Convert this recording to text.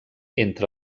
entre